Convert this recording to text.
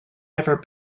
never